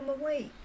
away